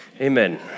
amen